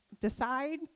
decide